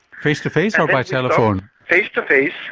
face-to-face or by telephone? face-to-face,